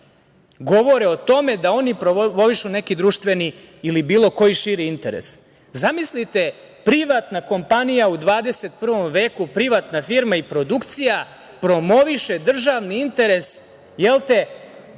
govore o tome da oni promovišu neki društveni ili bilo koji širi interes? Zamislite, privatna kompanija u 21. veku, privatna firma i produkcija promoviše državni interes bojkota